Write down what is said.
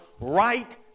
right